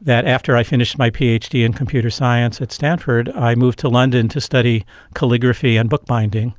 that after i finished my phd in computer science at stanford i moved to london to study calligraphy and bookbinding.